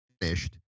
finished